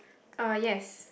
uh yes